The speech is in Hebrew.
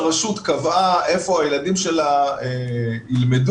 הרשות קבעה איפה הילדים שלה ילמדו,